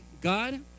God